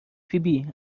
فیبی